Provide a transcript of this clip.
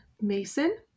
Mason